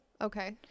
Okay